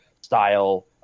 style